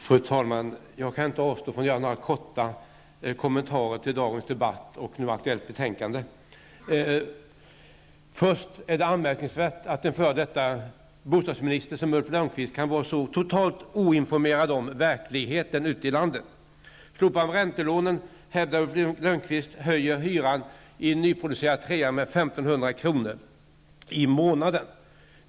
Fru talman! Jag kan inte avstå från att göra några korta kommentarer till dagens debatt och det nu aktuella betänkandet. Först och främst är det anmärkningsvärt att en f.d. bostadsminister som Ulf Lönnqvist kan vara så totalt oinformerad om verkligheten ute i landet. Slopandet av räntelånen, hävdar Ulf Lönnqvist, höjer hyran i en nyproducerad trea med 1 500 kr. i månaden.